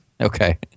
Okay